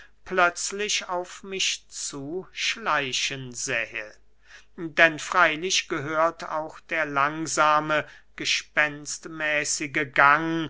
plötzlich auf mich zuschleichen sähe denn freylich gehört auch der langsame gespenstmäßige gang